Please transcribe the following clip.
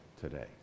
today